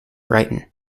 brighton